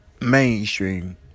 Mainstream